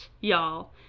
y'all